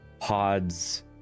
Pods